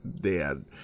dead